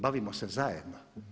Bavimo se zajedno.